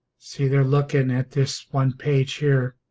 see they're looking at this one page here